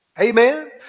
amen